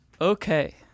Okay